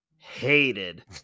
hated